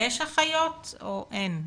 יש אחיות או אין?